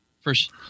first